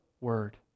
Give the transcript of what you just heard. Word